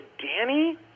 Danny